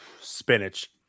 spinach